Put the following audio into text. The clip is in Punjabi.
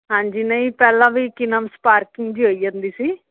ਹਾਂਜੀ ਨਹੀਂ ਪਹਿਲਾਂ ਵੀ ਕੀ ਨਾਮ ਸਪਾਰਕਿੰਗ ਜਿਹੀ ਹੋਈ ਜਾਂਦੀ ਸੀ